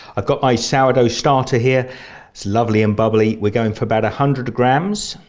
i've got my sourdough starter, here it's lovely and bubbly. we're going for about a hundred grams,